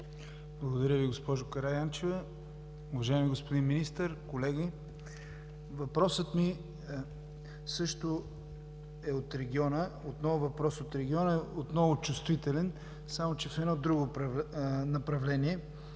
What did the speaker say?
Благодаря Ви, госпожо Караянчева. Уважаеми господин Министър, колеги! Въпросът ми е от региона, отново въпрос от региона, отново чувствителен, само че в едно друго направление.